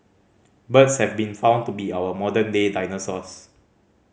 birds have been found to be our modern day dinosaurs